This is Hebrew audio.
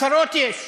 הצהרות יש,